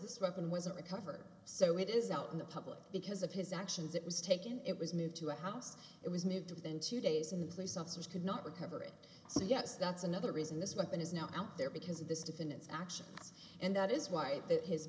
this weapon wasn't recovered so it is out in the public because of his actions it was taken it was moved to a house it was moved within two days in the police officers could not recover it so yes that's another reason this weapon is now out there because of this defendant's actions and that is why his